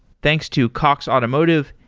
thanks to cox automotive.